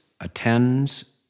attends